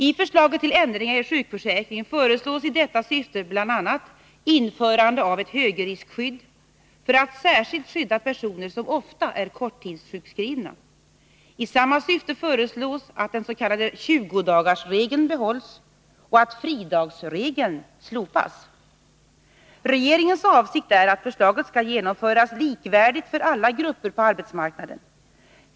I förslaget till ändringar i sjukförsäkringen föreslås i detta syfte bl.a. införande av ett högriskskydd för att särskilt skydda personer som ofta är korttidssjukskrivna. I samma syfte föreslås att den s.k. tjugodagarsregeln behålls och att fridagsregeln slopas. Regeringens avsikt är att förslaget skall genomföras likvärdigt för alla grupper på arbetsmarknaden.